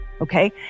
okay